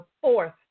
fourth